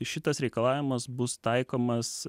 šitas reikalavimas bus taikomas